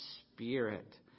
Spirit